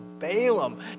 Balaam